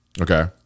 Okay